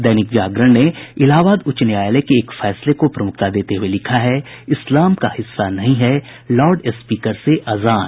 दैनिक जागरण ने इलाहाबाद उच्च न्यायालय के एक फैसले को प्रमुखता देते हुये लिखा है इस्लाम का हिस्सा नहीं है लाउडस्पीकर से अजान